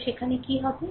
তো সেখানে কি হবে